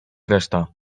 reszta